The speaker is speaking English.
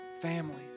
families